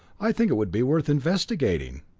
i think it would be worth investigating.